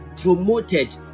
promoted